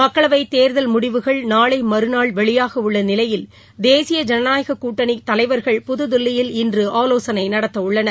மக்களவைத் தேர்தல் முடிவுகள் நாளை மறுநாள் வெளியாகவுள்ள நிலையில் தேசிய ஜனநாயக கூட்டணித் தலைவர்கள் புதுதில்லியில் இன்று ஆலோசனை நடத்தவுள்ளனர்